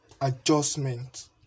adjustment